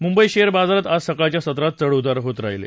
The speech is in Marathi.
मुंबई शेअर बाजारात आज सकाळच्या सत्रात चढ उतार होत राहिले